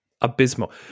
Abysmal